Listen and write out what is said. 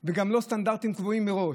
וגם לא סטנדרטים קבועים מראש.